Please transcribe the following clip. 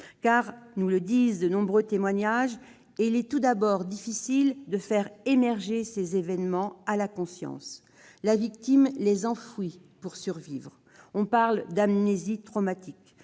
Comme nous l'apprennent de nombreux témoignages, il est tout d'abord difficile de faire émerger ces événements à la conscience : la victime les enfouit pour survivre. On parle d'amnésie traumatique.